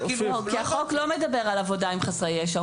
כי החוק לא מדבר על עבודה עם חסרי ישע.